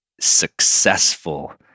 successful